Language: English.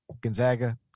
Gonzaga